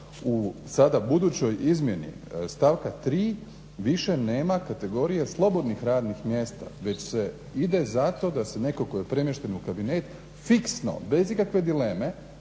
u sada budućoj izmjeni stavka 3. više nema kategorije slobodnih radnih mjesta već se ide za to da se netko tko je premješten u kabinet fiksno, bez ikakve dileme,